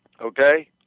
Okay